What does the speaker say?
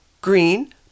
green